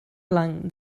blanc